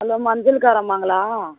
hello மஞ்சள்கார அம்மாங்களா